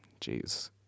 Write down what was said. jeez